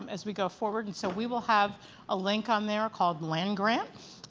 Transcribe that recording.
um as we go forward. and so we will have a link on there called land grant.